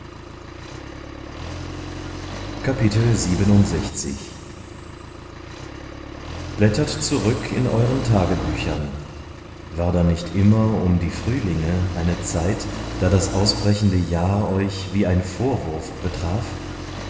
blättert zurück in euren tagebüchern war da nicht immer um die frühlinge eine zeit da das ausbrechende jahr euch wie ein vorwurf betraf